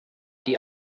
die